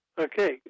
Okay